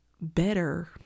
better